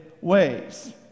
ways